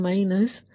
5 ರ ಮೈನಸ್